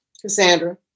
Cassandra